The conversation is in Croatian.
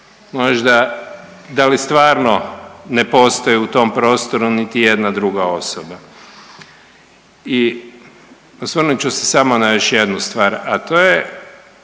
možda da li stvarno ne postoji u tom prostoru niti jedna druga osoba. I osvrnut ću se samo na još jednu stvar, a to je,